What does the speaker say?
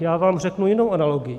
Já vám řeknu jinou analogii.